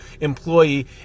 employee